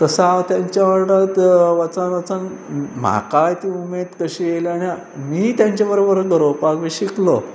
तसा हांव तांच्या वांगडा वचून वचून म्हाकाय ती उमेद कशी आयल्या आनी मीय तांचे बरोबर गरोवपाक बी शिकलो